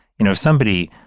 you know, somebody,